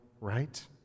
right